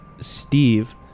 Steve